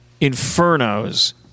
infernos